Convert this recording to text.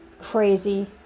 crazy